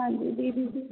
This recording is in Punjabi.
ਹਾਂਜੀ ਦੀਦੀ ਜੀ